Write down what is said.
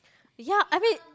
ya I mean